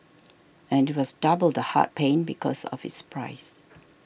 and it was double the heart pain because of its price